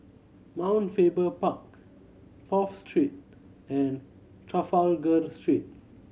Mount Faber Park Fourth Street and Trafalgar Street